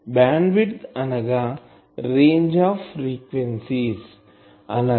band width అనగా range of ఫ్రీక్వెన్సీలు